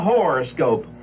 Horoscope